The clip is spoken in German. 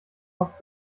kopf